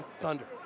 Thunder